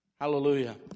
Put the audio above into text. Hallelujah